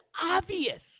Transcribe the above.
obvious